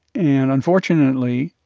and unfortunately,